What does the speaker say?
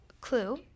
Clue